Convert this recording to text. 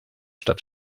stadt